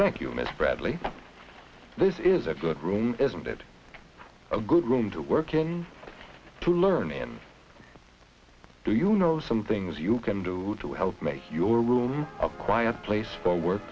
thank you mr bradley this is a good room isn't it a good room to work in to learn and do you know some things you can do to help make your room a quiet place for work